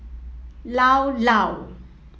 Llao Llao